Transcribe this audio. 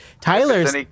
Tyler's